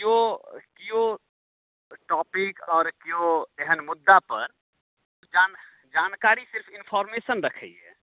केओ केओ टॉपिक आओर केओ एहन मुद्दा पर जान जानकारी सिर्फ इन्फोर्मेशन रखैया